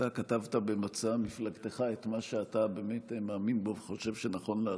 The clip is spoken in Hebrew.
אתה כתבת במצע מפלגתך את מה שאתה באמת מאמין בו וחושב שנכון לעשות.